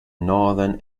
northern